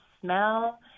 smell